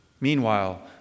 meanwhile